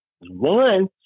one